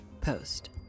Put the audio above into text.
post